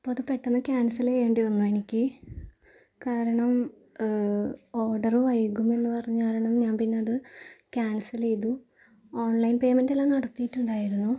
അപ്പോൾ അത് പെട്ടെന്ന് ക്യാൻസല് ചെയ്യേണ്ടി വന്നു എനിക്ക് കാരണം ഓർഡറ് വൈകും എന്ന് പറഞ്ഞത് കാരണം ഞാൻ പിന്നെ അത് ക്യാൻസല് ചെയ്തു ഓൺലൈൻ പെയ്മെൻറ്റെല്ലാം നടത്തിയിട്ടുണ്ടായിരുന്നു